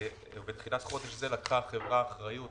ובתחילת חודש זה לקחה החברה אחריות